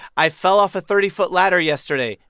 i fell off a thirty foot ladder yesterday,